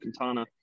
Cantana